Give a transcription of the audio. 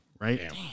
Right